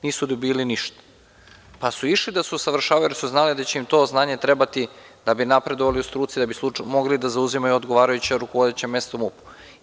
Nisu dobijali ništa, pa su išli da se usavršavaju jer su znali da će im to znanje trebati da bi napredovali u struci da bi mogli da zauzimaju odgovarajuća rukovodeća mesta u MUP-u.